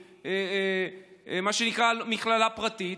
מה שנקרא מכללה פרטית,